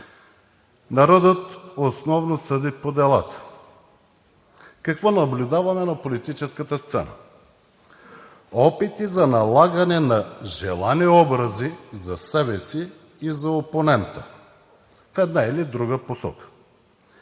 Народът основно съди по делата. Какво наблюдаваме на политическата сцена? Опити за налагане на желани образи за себе си и за опонента в една или друга посока,